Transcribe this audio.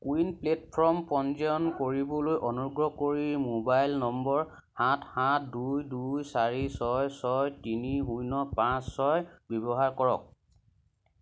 কো win platform পঞ্জীয়ন কৰিবলৈ অনুগ্ৰহ কৰি মোবাইল নম্বৰ সাত সাত দুই দুই চাৰি ছয় ছয় তিনি শূন্য পাঁচ ছয় ব্যৱহাৰ কৰক